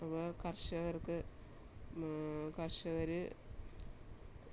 അപ്പോൾ കർഷകർക്ക് കർഷകർ